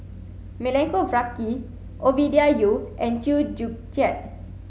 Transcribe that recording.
Milenko Prvacki Ovidia Yu and Chew Joo Chiat